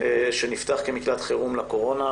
שנפתח במקלט חירום לקורונה,